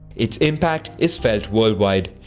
its impact is felt worldwide,